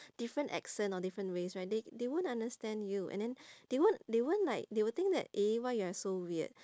different accent or different ways right they they won't understand you and then they won't they won't like they will think eh why you are so weird